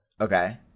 Okay